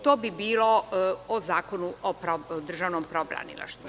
To bi bilo o Zakonu o državnom pravobranilaštvu.